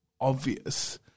obvious